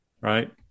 Right